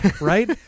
Right